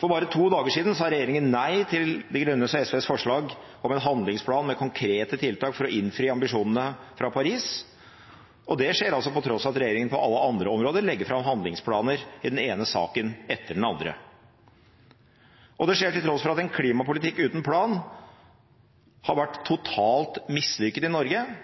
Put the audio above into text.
For bare to dager siden sa regjeringen nei til De Grønnes og SVs forslag om en handlingsplan med konkrete tiltak for å innfri ambisjonene fra Paris. Det skjer på tross av at regjeringen på alle andre områder legger fram handlingsplaner i den ene saken etter den andre. Og det skjer til tross for at en klimapolitikk uten plan har vært totalt mislykket i Norge.